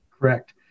Correct